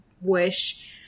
wish